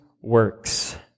works